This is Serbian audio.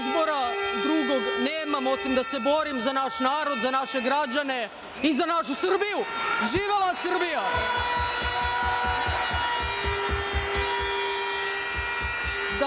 Izbora drugog nemam osim da se borim za naš narod, za naše građane i za našu Srbiju. Živela Srbija! Da